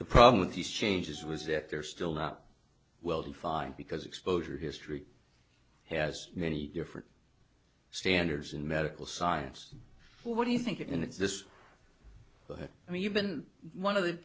the problem with these changes was that they're still not well defined because exposure history has many different standards in medical science what do you think it exists but i mean you've been one of the